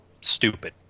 stupid